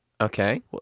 Okay